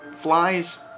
flies